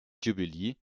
jubilee